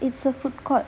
its a food court